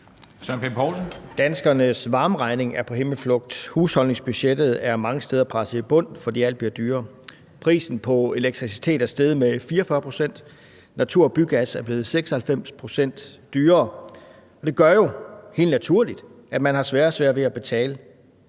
Søren Pape Poulsen (KF): Danskernes varmeregning er på himmelflugt, husholdningsbudgettet er mange steder presset i bund, fordi alt bliver dyrere, prisen på elektricitet er steget med 44 pct., natur- og bygas er blevet 96 pct. dyrere, og det gør jo helt naturligt, at man har sværere og sværere ved at betale